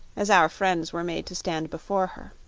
as our friends were made to stand before her.